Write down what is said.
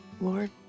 Lord